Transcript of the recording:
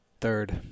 Third